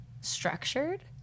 structured